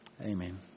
Amen